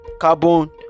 carbon